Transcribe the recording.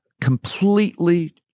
completely